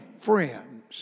friends